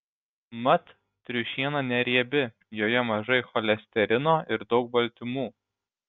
mat triušiena neriebi joje mažai cholesterino ir daug baltymų